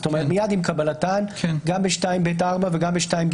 זאת אומרת, מיד עם קבלתן, גם ב-2ב(4) וגם ב-2ג(2).